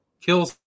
Kills